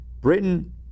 Britain